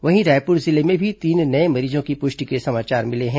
वहीं रायपुर जिले में भी तीन नए मरीजों की पुष्टि के समाचार मिले हैं